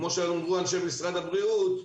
כמו שאמרו אנשי משרד הבריאות,